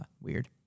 Weird